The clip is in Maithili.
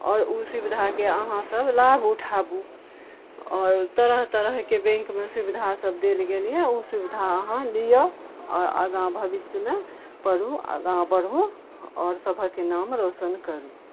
आओर ओ सुबिधाके अहाँ सब लाभ उठाबू आओर तरह तरहके बैकमे सुबिधा सब देल गेल अछि ओ सुबिधा अहाँ लियऽ आओर आगाँ भबिष्य मे पढ़ू आगाँ बढ़ू और सभक के नाम रौशन करू